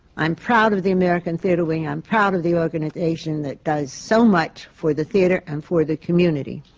i'm proud of the american theatre wing. i'm proud of the organization that does so much for the theatre and for the community.